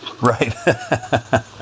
right